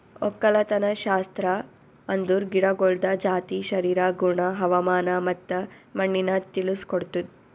ಒಕ್ಕಲತನಶಾಸ್ತ್ರ ಅಂದುರ್ ಗಿಡಗೊಳ್ದ ಜಾತಿ, ಶರೀರ, ಗುಣ, ಹವಾಮಾನ ಮತ್ತ ಮಣ್ಣಿನ ತಿಳುಸ್ ಕೊಡ್ತುದ್